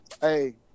hey